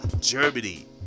Germany